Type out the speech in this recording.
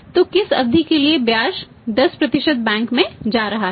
तो किस अवधि के लिए ब्याज 10 बैंक में जा रहा है